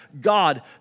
God